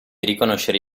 riconoscere